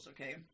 okay